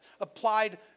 applied